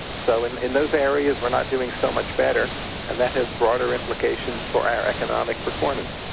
so in in those areas we're not doing so much better and that has broader implications for our economic performance.